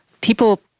People